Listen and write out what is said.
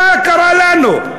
מה קרה לנו?